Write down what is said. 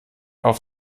auf